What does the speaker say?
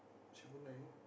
triple nine